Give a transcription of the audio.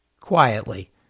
quietly